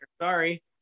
Sorry